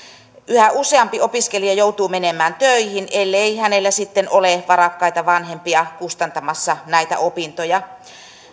yhä useampi opiskelija joutuu menemään töihin ellei hänellä sitten ole varakkaita vanhempia kustantamassa näitä opintoja